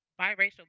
biracial